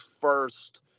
first